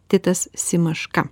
titas simaška